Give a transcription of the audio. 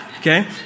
okay